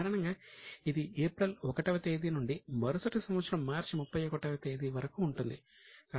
సాధారణంగా ఇది ఏప్రిల్ 1 వ తేదీ నుండి మరుసటి సంవత్సరం మార్చి 31 వ తేదీ వరకు ఉంటుంది